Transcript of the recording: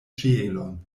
ĉielon